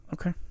Okay